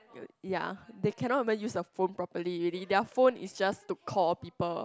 ya they cannot even use the phone properly already their phone is just to call people